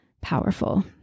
powerful